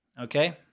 Okay